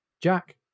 Jack